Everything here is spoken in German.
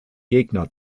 gegner